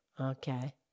okay